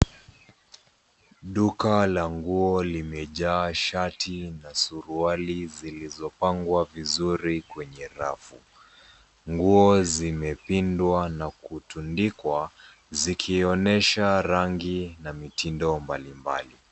Duka la nguo limejaa shati na suruali zilizopangwa vizuri kwenye rafu. Nguo zimepindwa na kutundikwa, zikionyesha rangi na mitindo mbalimbali.